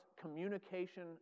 communication